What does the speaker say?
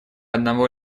одного